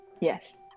Yes